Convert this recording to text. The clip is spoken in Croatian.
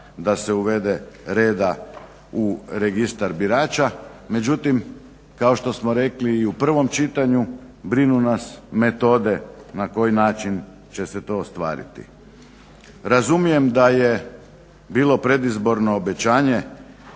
da se uvede reda u Registar birača, međutim kao što smo rekli i u prvom čitanju brinu nas metode na koji način će se to ostvariti. Razumijem da je bilo predizborno obećanje